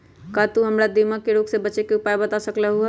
का तू हमरा दीमक के रोग से बचे के उपाय बता सकलु ह?